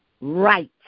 right